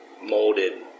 molded